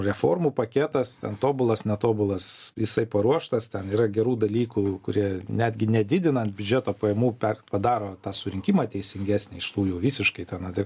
reformų paketas ten tobulas netobulas jisai paruoštas ten yra gerų dalykų kurie netgi nedidinant biudžeto pajamų per padaro tą surinkimą teisingesnįiš tų jau visiškai ten apie